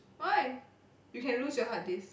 why you can lose your hard disk